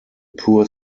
poor